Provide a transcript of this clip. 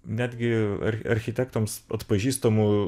netgi ar architektams atpažįstamu